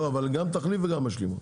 לא, אבל גם תחליף וגם משלימות.